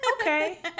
Okay